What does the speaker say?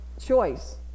choice